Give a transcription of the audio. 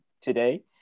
today